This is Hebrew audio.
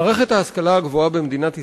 מערכת ההשכלה הגבוהה במדינת ישראל,